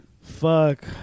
Fuck